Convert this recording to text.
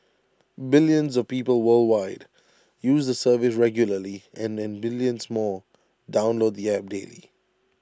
billions of people worldwide use the service regularly and and millions more download the app daily